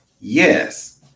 Yes